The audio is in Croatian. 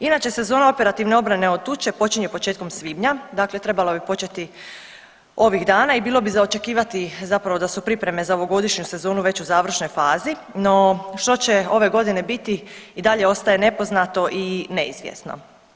Inače sezona operativne obrane od tuče počinje početkom svibnja, dakle trebalo bi početi ovih dana i bilo bi za očekivati da su pripreme za ovogodišnju sezonu već u završnoj fazi, no što će ove godine biti i dalje ostaje nepoznato i neizvjesno.